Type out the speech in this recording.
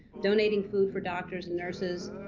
donating food for doctors and nurses,